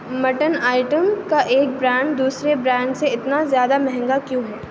mutton item کا ایک brand دوسرے برانڈ سے اتنا زیادہ مہنگا کیوں ہے